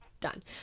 done